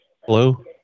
Hello